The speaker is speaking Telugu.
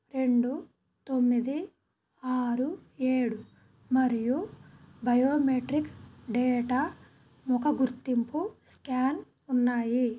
రెండు తొమ్మిది ఆరు ఏడు మరియు బయోమెట్రిక్ డేటా ఒక గుర్తింపు స్కాన్ ఉన్నాయి